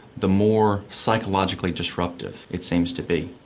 the more psychologically disruptive it seems to be.